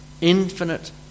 infinite